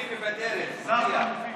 ביבי בדרך, שר חלופי.